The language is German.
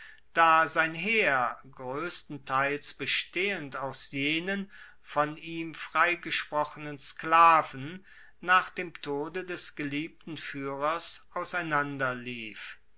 da sein heer groesstenteils bestehend aus jenen von ihm freigesprochenen sklaven nach dem tode des geliebten fuehrers